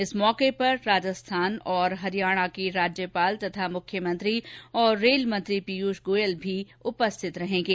इस अवसर पर राजस्थान और हरियाणा के राज्यपाल और मुख्यमंत्री तथा रेलमंत्री पीयूष गोयल भी उपस्थित रहेंगे